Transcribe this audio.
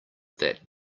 that